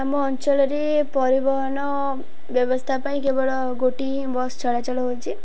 ଆମ ଅଞ୍ଚଳରେ ପରିବହନ ବ୍ୟବସ୍ଥା ପାଇଁ କେବଳ ଗୋଟିଏ ହିଁ ବସ୍ ଚଳାଚଳ ହେଉଛି